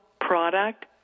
product